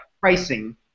pricing